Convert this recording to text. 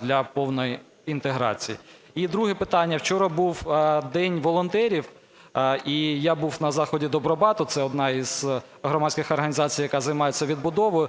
для повної інтеграції. І друге питання. Вчора був День волонтерів, і я був на заході "Добробату" – це одна із громадських організацій, яка займається відбудовою.